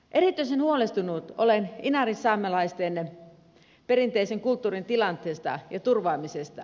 erityisen huolestunut olen inarinsaamelaisten perinteisen kulttuurin tilanteesta ja turvaamisesta